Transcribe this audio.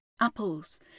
apples